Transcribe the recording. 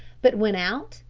but went out,